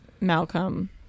Malcolm